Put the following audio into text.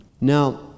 Now